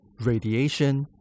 radiation